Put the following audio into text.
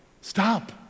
Stop